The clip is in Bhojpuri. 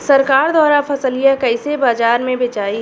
सरकार द्वारा फसलिया कईसे बाजार में बेचाई?